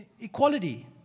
Equality